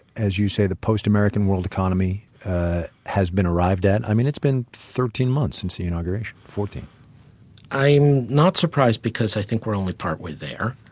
as you say, the post-american world economy has been arrived at? i mean, it's been thirteen months since the inauguration, fourteen point i am not surprised because i think we're only partway there,